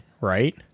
right